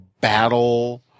battle